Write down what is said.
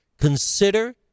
consider